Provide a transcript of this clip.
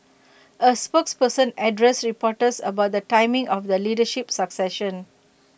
A spokesperson addressed reporters about the timing of the leadership succession